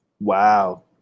Wow